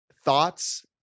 thoughts